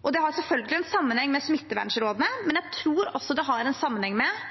Det henger selvfølgelig sammen med smittevernrådene, men jeg tror også det henger sammen med